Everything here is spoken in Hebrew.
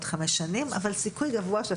מעל 700 לפני שחלפו חמש שנים מיום חקיקת החוק.